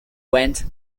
went